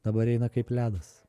dabar eina kaip ledas